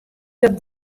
dat